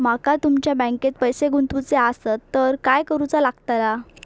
माका तुमच्या बँकेत पैसे गुंतवूचे आसत तर काय कारुचा लगतला?